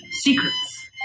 secrets